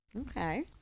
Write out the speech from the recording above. Okay